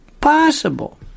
possible